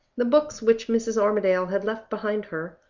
the books which mrs. armadale had left behind her,